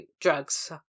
drugs